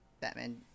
Batman